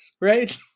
right